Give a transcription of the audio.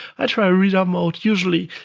i try reader mode. usually,